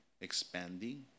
expanding